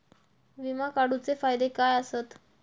विमा काढूचे फायदे काय आसत?